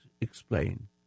explain